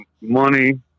money